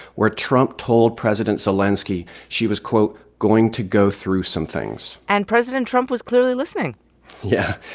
where trump told president zelenskiy she was, quote, going to go through some things. and president trump was clearly listening yeah.